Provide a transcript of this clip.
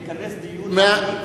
ונכנס דיון, .